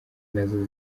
nazo